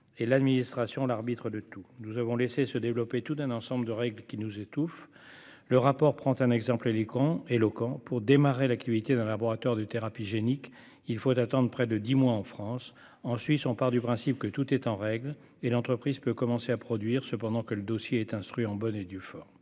et l'administration l'arbitre de tout. Nous avons laissé se développer tout un ensemble de règles qui nous étouffent. Le rapport d'information l'illustre par un exemple éloquent : pour démarrer l'activité d'un laboratoire de thérapie génique, il faut attendre près de dix mois en France. En Suisse, on part du principe que tout est en règle et l'entreprise peut commencer à produire cependant que le dossier est instruit en bonne et due forme.